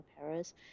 Paris